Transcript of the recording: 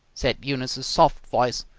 said eunice's soft voice,